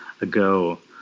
ago